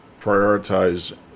prioritize